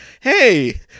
Hey